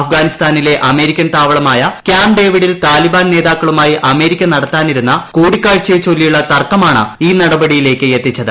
അഫ്ഗാനിസ്ഥാനിലെ അമേരിക്കൻ താവളമായ ക്യാമ്പ് ഡേവിഡിൽ താലിബാൻ നേതാക്കളുമായി അമേരിക്ക നടത്താനിരുന്ന കൂടിക്കാഴ്ചയെ ചൊല്ലിയുള്ള തർക്കമാണ് ഈ നടപടിയിലേക്ക് എത്തിച്ചത്